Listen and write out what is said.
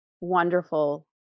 wonderful